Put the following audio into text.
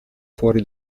fuori